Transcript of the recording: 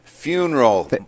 funeral